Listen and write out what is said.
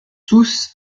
tous